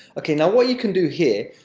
okay, now what you can do here,